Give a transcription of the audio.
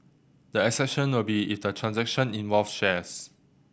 the exception will be if the transaction involved shares